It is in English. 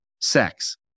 Sex